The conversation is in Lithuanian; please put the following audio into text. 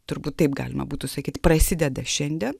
turbūt taip galima būtų sakyti prasideda šiandien